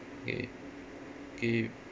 K K